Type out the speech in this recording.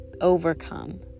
overcome